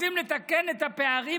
רוצים לתקן את הפערים